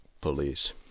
police